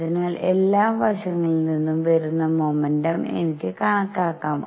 അതിനാൽ എല്ലാ വശങ്ങളിൽ നിന്നും വരുന്ന മൊമെന്റം എനിക്ക് കണക്കാക്കാം